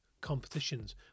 competitions